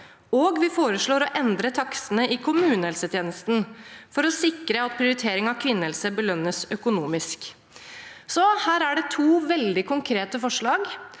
og vi foreslår å endre takstene i kommunehelsetjenesten for å sikre at prioritering av kvinnehelse belønnes økonomisk. Her er det to veldig konkrete forslag